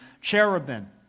cherubim